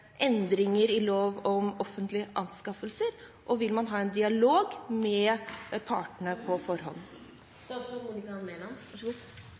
endringer i lov om offentlige anskaffelser? Og: Vil man ha en dialog med partene på forhånd?